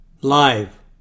Live